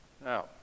Now